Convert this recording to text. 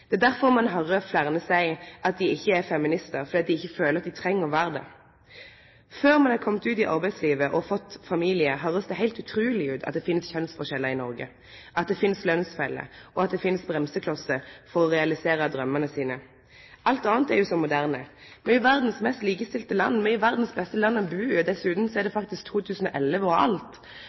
Det er derfor ein høyrer fleire seie at dei ikkje er feministar fordi dei ikkje føler dei treng å vere det. Før ein har kome ut i arbeidslivet og fått familie, høyrest det heilt utruleg ut at det finst kjønnsforskjellar i Noreg, at det finst lønsfeller, og at det finst bremseklossar for å realisere draumane sine. Alt anna er jo så moderne. Me er verdas mest likestilte land, me er verdas beste land å bu i, og dessutan er det 2011 og alt!